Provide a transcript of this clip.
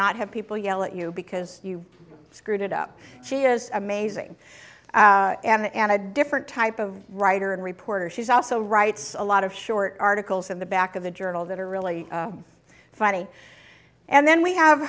not have people yell at you because you screwed up she is amazing and a different type of writer and reporter she's also writes a lot of short articles in the back of the journal that are really funny and then we have